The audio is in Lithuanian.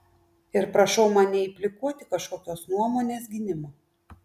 ir prašau man neimplikuoti kažkokios nuomonės gynimo